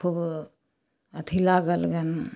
थोड़बो अथी लागल जानु